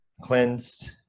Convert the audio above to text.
cleansed